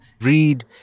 read